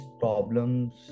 problems